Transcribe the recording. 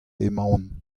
emaon